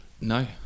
No